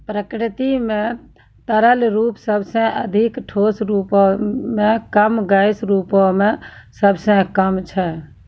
प्रकृति म तरल रूप सबसें अधिक, ठोस रूपो म कम, गैस रूपो म सबसे कम छै